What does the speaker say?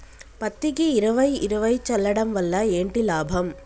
పత్తికి ఇరవై ఇరవై చల్లడం వల్ల ఏంటి లాభం?